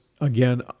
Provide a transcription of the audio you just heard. again